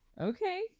okay